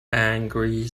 angry